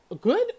good